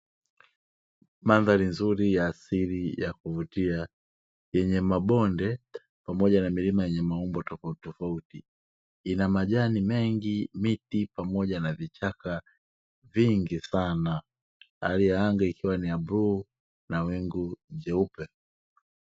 Mandhari nzuri ya asili ya kuvutia yenye mabonde pamoja na milima yenye maumbo tofautitofauti, ina majani mengi miti pamoja na vichaka vingi sana hali ya anga ikiwa ni ya bluu na wingu jeupe.